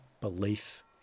belief